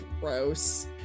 Gross